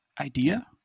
idea